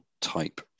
type